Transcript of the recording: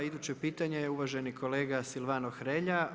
Iduće pitanje uvaženi kolega Silvano Hrelja.